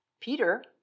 Peter